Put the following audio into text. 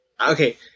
okay